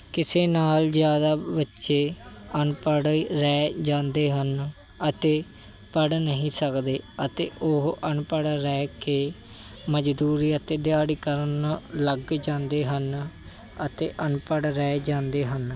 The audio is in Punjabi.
ਕਿਸੇ ਨਾਲ ਜ਼ਿਆਦਾ ਬੱਚੇ ਅਨਪੜ੍ਹ ਰਹਿ ਜਾਂਦੇ ਹਨ ਅਤੇ ਪੜ੍ਹ ਨਹੀਂ ਸਕਦੇ ਅਤੇ ਉਹ ਅਨਪੜ੍ਹ ਰਹਿ ਕੇ ਮਜ਼ਦੂਰੀ ਅਤੇ ਦਿਹਾੜੀ ਕਰਨ ਲੱਗ ਜਾਂਦੇ ਹਨ ਅਤੇ ਅਨਪੜ੍ਹ ਰਹਿ ਜਾਂਦੇ ਹਨ